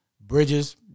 Bridges